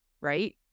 right